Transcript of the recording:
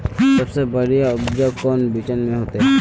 सबसे बढ़िया उपज कौन बिचन में होते?